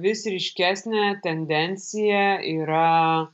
vis ryškesnė tendencija yra